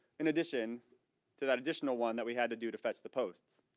in addition to that additional one that we had to do to fetch the posts,